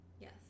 Yes